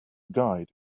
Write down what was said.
guide